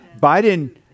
Biden